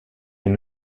une